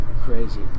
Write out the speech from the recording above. crazy